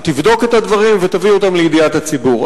שתבדוק את הדברים ותביא אותם לידיעת הציבור.